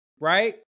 right